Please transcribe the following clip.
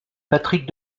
patrick